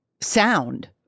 sound